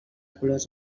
colors